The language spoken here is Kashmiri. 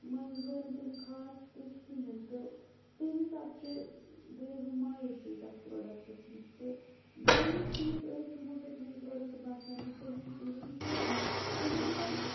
منٛزٕ ہٲو نہٕ تَمہِ خاص تیُتھ کِہیٖنۍ تہٕ تَمہِ حساب تہِ گٔیَس بہٕ مایوٗسٕے تَتھ پرٛوڈَکٹَس نِش تہٕ واریاہ چیٖز ٲسۍ یِمو سۭتۍ مےٚ یہِ پرٛوڈَکٹ باسیو نہٕ صحیح کِہیٖنۍ تہٕ یِمَن پَزِ